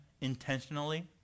intentionally